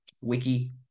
wiki